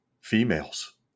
females